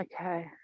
okay